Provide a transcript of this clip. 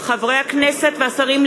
חברים חדשים,